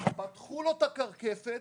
פתחו לו את הקרקפת,